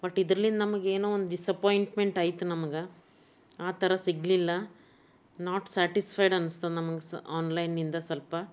but ಇದರಲ್ಲಿ ನಮಗೆ ಏನೋ ಒಂದು ಡಿಸಪಾಯಿಂಟ್ಮೆಂಟ್ ಆಯಿತು ನಮಗೆ ಆ ಥರ ಸಿಗಲಿಲ್ಲ ನಾಟ್ ಸ್ಯಾಟಿಸ್ಫೈಡ್ ಅನ್ನಿಸ್ತು ನಮಗೆ ಸಹ ಆನ್ಲೈನ್ನಿಂದ ಸ್ವಲ್ಪ